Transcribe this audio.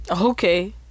Okay